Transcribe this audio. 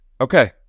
Okay